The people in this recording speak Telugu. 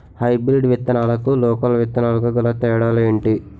హైబ్రిడ్ విత్తనాలకు లోకల్ విత్తనాలకు గల తేడాలు ఏంటి?